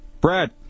brad